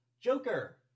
Joker